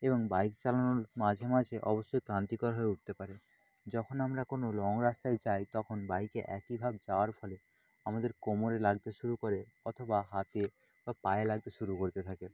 এবং বাইক চালানোর মাঝেমাঝে অবশ্যই ক্লান্তিকর হয়ে উঠতে পারে যখন আমরা কোনও লং রাস্তায় যায় তখন বাইকে একই ভাবে যাওয়ার ফলে আমাদের কোমরে লাগতে শুরু করে অথবা হাতে বা পায়ে লাগতে শুরু করতে থাকে